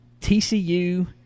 TCU